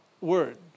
word